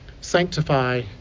sanctify